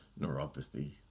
neuropathy